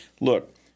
Look